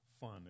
fun